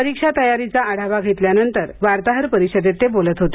परीक्षा तयारीचा आढावा घेतल्यानंतर वार्ताहर परिषदेत ते बोलत होते